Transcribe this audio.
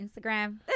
Instagram